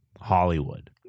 Hollywood